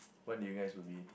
what do you guys would be